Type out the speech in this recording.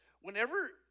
whenever